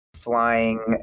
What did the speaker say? flying